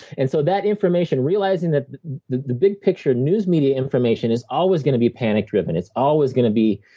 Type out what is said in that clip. and so that information, realizing that the the big picture news media information is always going to be panic-driven. it's always going to be